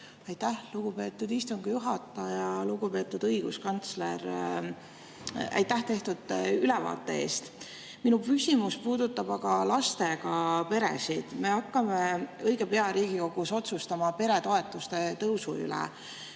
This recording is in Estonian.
Aitäh, lugupeetud istungi juhataja! Lugupeetud õiguskantsler, aitäh tehtud ülevaate eest! Minu küsimus puudutab lastega peresid. Me hakkame õige pea Riigikogus otsustama peretoetuste tõusu üle,